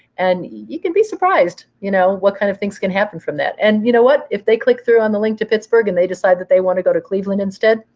and you can be surprised you know what kind of things can happen from that. and you know what? if they click through on the link to pittsburgh and they decide that they want to go to cleveland instead,